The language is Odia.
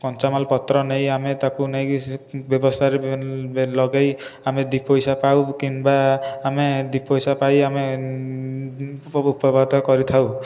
କଞ୍ଚାମାଲ ପତ୍ର ନେଇ ଆମେ ତାକୁ ନେଇକି ସେ ବ୍ୟବସାୟରେ ଲଗେଇ ଆମେ ଦୁଇ ପଇସା ପାଉ କିମ୍ବା ଆମେ ଦୁଇ ପଇସା ପାଇ ଆମେ ଉପବର୍ତ କରିଥାଉ